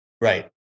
Right